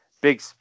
Big